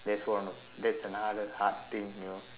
that's one of that's another hard thing you know